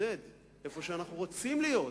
להתמודד איפה שאנחנו רוצים להיות,